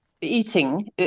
eating